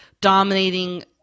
dominating